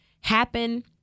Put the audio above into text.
happen